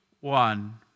one